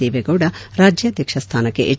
ದೇವೇಗೌಡ ರಾಜ್ಯಾಧ್ಯಕ್ಷ ಸ್ಠಾನಕ್ಕೆ ಎಚ್